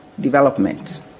Development